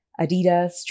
Adidas